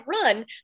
run